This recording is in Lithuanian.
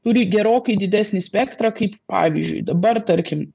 turi gerokai didesnį spektrą kaip pavyzdžiui dabar tarkim